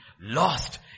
lost